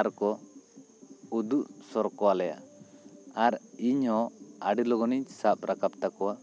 ᱟᱨᱠᱚ ᱩᱫᱩᱜ ᱥᱚᱠᱚᱨ ᱟᱞᱮᱭᱟ ᱟᱨ ᱤᱧ ᱦᱚᱸ ᱟᱹᱰᱤ ᱞᱚᱜᱚᱱᱤᱧ ᱥᱟᱵᱨᱟᱠᱟᱯ ᱛᱟᱠᱚᱭᱟ